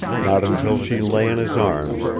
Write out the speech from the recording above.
not until she lay in his arms,